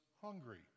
hungry